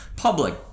public